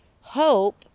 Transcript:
hope